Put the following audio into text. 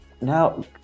Now